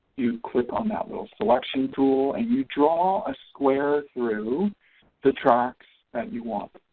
you click on that little selection tool and you draw a square through the tracts that you want.